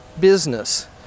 business